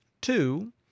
Two